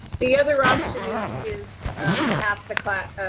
the other option is, is um half the class,